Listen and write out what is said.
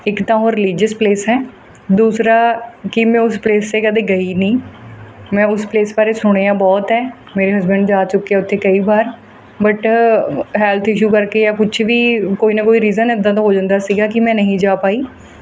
ਇੱਕ ਤਾਂ ਉਹ ਰੀਲੀਜਿਅਸ ਪਲੇਸ ਹੈ ਦੂਸਰਾ ਕਿ ਮੈਂ ਉਸ ਪਲੇਸ 'ਤੇ ਕਦੇ ਗਈ ਨਹੀਂ ਮੈਂ ਉਸ ਪਲੇਸ ਬਾਰੇ ਸੁਣਿਆ ਬਹੁਤ ਹੈ ਮੇਰੇ ਹਸਬੈਂਡ ਜਾ ਚੁੱਕੇ ਹੈ ਉੱਥੇ ਕਈ ਵਾਰ ਬਟ ਹੈਲਥ ਇਸ਼ੂ ਕਰਕੇ ਜਾਂ ਕੁਛ ਵੀ ਕੋਈ ਨਾ ਕੋਈ ਰੀਜ਼ਨ ਇੱਦਾਂ ਦਾ ਹੋ ਜਾਂਦਾ ਸੀਗਾ ਕਿ ਮੈਂ ਨਹੀਂ ਜਾ ਪਾਈ